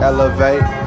Elevate